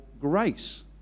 grace